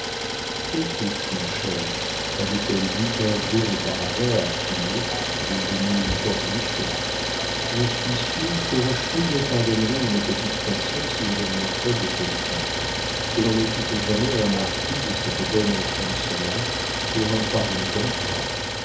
écoute mon cher avait-elle dit quinze jours auparavant à finot devenu fort riche je suis sûre que rochefide me pardonnerait une petite passion si je devenais folle de quelqu'un et l'on ne quitte jamais un marquis de cette bonne enfance là pour un parvenu comme toi